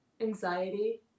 anxiety